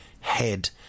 head